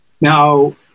Now